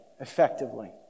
Effectively